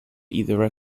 either